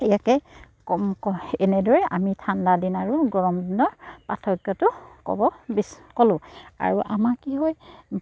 ইয়াকে এনেদৰে আমি ঠাণ্ডা দিন আৰু গৰম দিনৰ পাৰ্থক্যটো ক'ব ক'লোঁ আৰু আমাৰ কি হয়